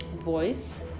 voice